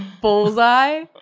Bullseye